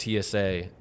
TSA